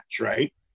right